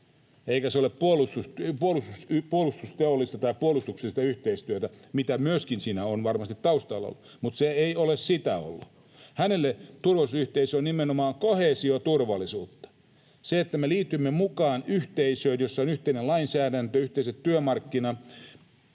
eikä se ollut puolustusteollista tai puolustuksellista yhteistyötä, mitä myöskin siinä on varmasti taustalla ollut, mutta se ei ole sitä ollut. [Toimi Kankaanniemi pyytää vastauspuheenvuoroa] Hänelle turvallisuusyhteisö oli nimenomaan koheesioturvallisuutta. Se, että me liityimme mukaan yhteisöön, jossa on yhteinen lainsäädäntö, yhteiset työmarkkinat,